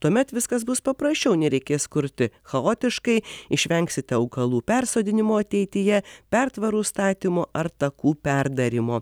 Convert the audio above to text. tuomet viskas bus paprasčiau nereikės kurti chaotiškai išvengsite augalų persodinimo ateityje pertvarų statymo ar takų perdarymo